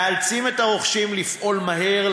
מאלץ את הרוכשים לפעול מהר,